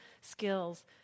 skills